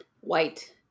white